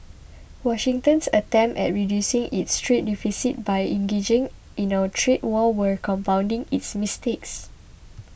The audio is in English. Washington's attempts at reducing its trade deficit by engaging in a trade war were compounding its mistakes